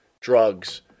drugs